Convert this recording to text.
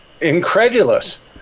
incredulous